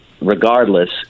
regardless